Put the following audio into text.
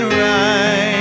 right